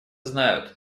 знают